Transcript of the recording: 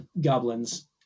goblins